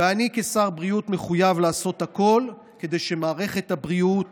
ואני כשר בריאות מחויב לעשות הכול כדי שמערכת הבריאות